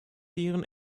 deren